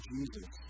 Jesus